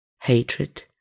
hatred